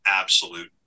absolute